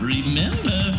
Remember